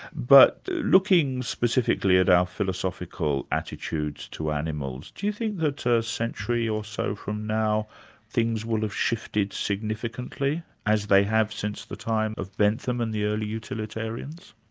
but looking specifically at our philosophical attitudes to animals, do you think that a century or so from now things will have shifted significantly as they have since the time of bentham and the early utilitarians?